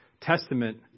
Testament